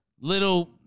little